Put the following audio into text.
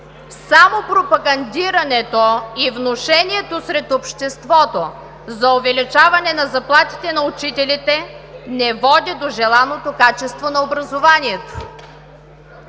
само пропагандирането и внушението сред обществото за увеличаване на заплатите на учителите не води до желаното качество на образованието.